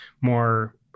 more